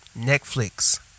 Netflix